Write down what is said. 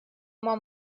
oma